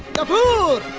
babu.